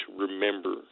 remember